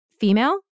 female